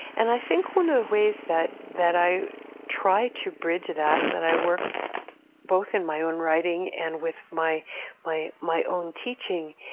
and i think one of the ways that that i try to bridge that, that i work both in my own writing and with my my own teaching,